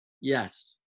Yes